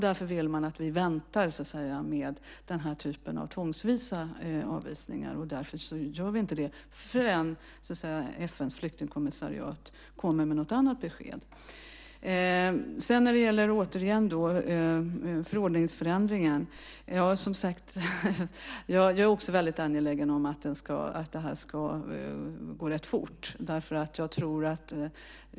Därför vill man att vi väntar med den här typen av tvångsavvisningar, och därför utför vi inte sådana förrän FN:s flyktingkommissariat kommer med något annat besked. När det sedan gäller förordningsförändringen är jag också väldigt angelägen om att det här ska gå rätt fort.